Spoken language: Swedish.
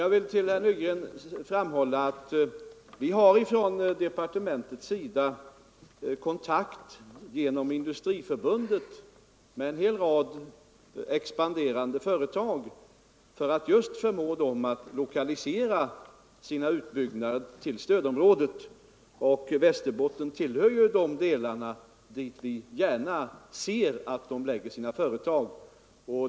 Jag vill framhålla för herr Nygren att departementet genom Industriförbundet har kontakt med en hel rad expanderande företag, just för att förmå dem att lokalisera sina utbyggnader till stödområdet, och Västerbotten tillhör de delar av landet dit vi gärna ser utlokalisering av företag.